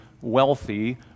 wealthy